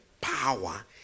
power